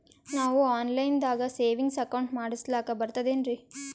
ನಾವು online ದಾಗ savings account ಮಾಡಸ್ಲಾಕ ಬರ್ತದೇನ್ರಿ?